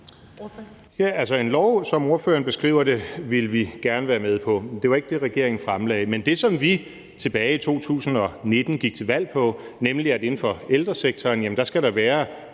som ordføreren beskriver, ville vi gerne være med på, men det var ikke det, regeringen fremlagde. Men i forhold til det, vi tilbage i 2019 gik til valg på, nemlig at der inden for ældresektoren skal være